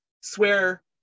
swear